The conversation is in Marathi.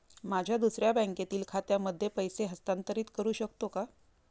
माझ्या दुसऱ्या बँकेतील खात्यामध्ये पैसे हस्तांतरित करू शकतो का?